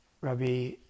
Rabbi